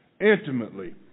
intimately